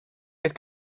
beth